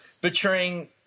betraying